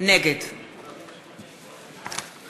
נגד